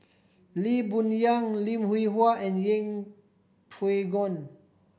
Lee Boon Yang Lim Hwee Hua and Yeng Pway Ngon